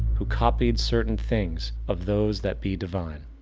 who copied certain things of those that be divine.